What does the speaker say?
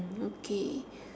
mm okay